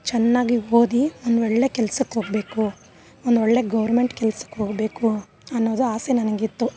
ಚೆನ್ನಾಗಿ ಓದಿ ಒಂದ್ವೊಳ್ಳೆ ಕೆಲಸಕ್ಕೋಗ್ಬೇಕು ಒಂದ್ವೊಳ್ಳೆ ಗೋರ್ಮೆಂಟ್ ಕೆಲಸಕ್ಕೋಗ್ಬೇಕು ಅನ್ನೋದು ಆಸೆ ನನಗಿತ್ತು